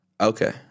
Okay